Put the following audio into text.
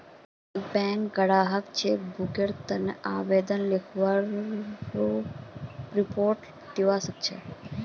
बैंकत ग्राहक चेक बुकेर तने आवेदन लिखित रूपत दिवा सकछे